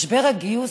משבר הגיוס.